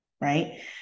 right